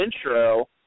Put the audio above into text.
intro